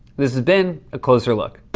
this has been a closer look.